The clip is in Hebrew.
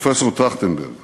פרופסור טרכטנברג